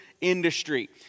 industry